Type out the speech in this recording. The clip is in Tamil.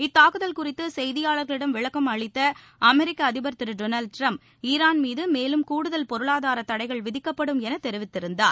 இத்தாக்குதல் குறித்து செய்தியாளர்களிடம் விளக்கம் அளித்த அமெரிக்க அதிபர் திரு டொனால்டு டிரம்ப் ஈரான் மீது மேலும் கூடுதல் பொருளாதாரத் தடைகள் விதிக்கப்படும் என தெரிவித்திருந்தார்